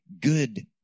good